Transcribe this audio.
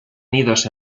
nidos